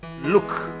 look